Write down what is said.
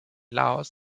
laos